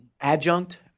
adjunct